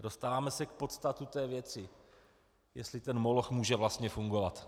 Dostáváme se k podstatě věci, jestli ten moloch může vlastně fungovat.